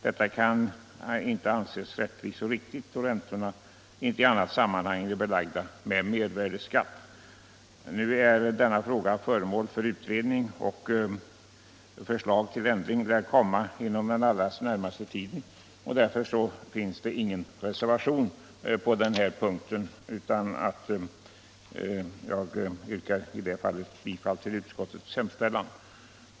Detta kan inte anses rättvist och riktigt, då räntor inte i annat sammanhang är belagda med mervärdeskatt. Nu är denna fråga föremål för utredning, och förslag till ändring lär komma inom den allra närmaste tiden. Därför finns det ingen reservation till utskottsbetänkandet, och jag yrkar på denna punkt bifall till utskottets hemställan.